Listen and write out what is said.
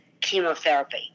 chemotherapy